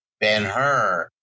Ben-Hur